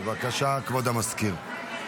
בבקשה, כבוד המזכיר.